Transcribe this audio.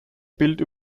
bild